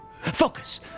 Focus